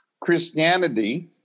Christianity